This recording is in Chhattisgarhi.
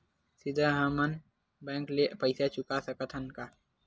सीधा हम मन बैंक ले पईसा चुका सकत हन का?